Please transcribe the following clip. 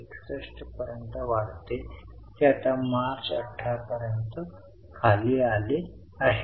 61 पर्यंत वाढते ते आता मार्च 18 पर्यंत खाली आले आहे